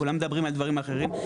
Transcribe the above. כולם מדברים על דברים אחרים,